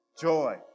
Joy